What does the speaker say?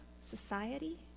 society